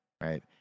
right